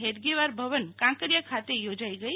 હેડગેવારભવન કાંકરીયા ખાતે યોજાઇ ગઇ